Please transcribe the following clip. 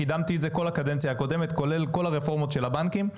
קידמתי את זה כל הקדנציה הקודמת כולל כל הרפורמות של הבנקים.